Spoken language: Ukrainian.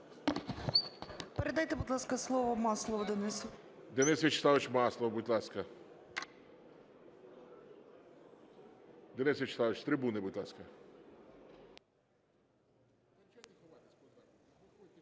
Передайте, будь ласка, слово Маслову Денису. ГОЛОВУЮЧИЙ. Денис Вячеславович Маслов, будь ласка. Денис Вячеславович, з трибуни, будь ласка.